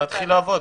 נתחיל לעבוד,